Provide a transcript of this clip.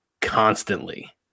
constantly